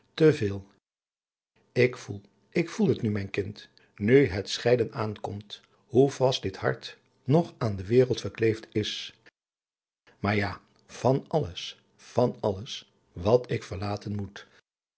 ik voel ik voel het nu mijn kind nu het op scheiden aankomt hoe vast dit hart nog aan de wereld verkleefd is maar ja van alles van alles wat ik verlaten moet